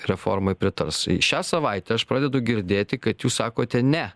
reformai pritars šią savaitę aš pradedu girdėti kad jūs sakote ne